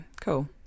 cool